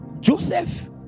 joseph